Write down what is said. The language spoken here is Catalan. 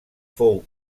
fou